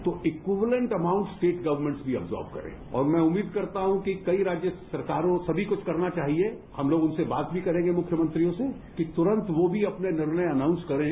तो equivalent amount state government भी absorb करें और मैं उम्मीद करता हूं कि कई राज्य सरकारों समी को करना चाहिए हम लोग उनसे बात भी करेंगे मुख्यमंत्रियों से की तुरन्त वो भी अपने निर्णय अनाउंस करे